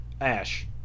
Ash